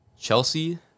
Chelsea